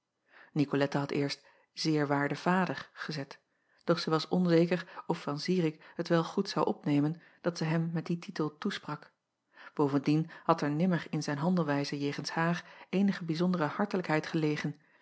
icolette had eerst eer waarde vader gezet doch zij was onzeker of an irik het wel goed zou opnemen dat acob van ennep laasje evenster delen zij hem met dien titel toesprak ovendien had er nimmer in zijn handelwijze jegens haar eenige bijzondere hartelijkheid gelegen